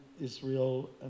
israel